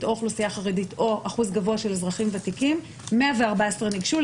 או אוכלוסייה חרדית או אחוז גבוה של אזרחים ותיקים 114 ניגשו,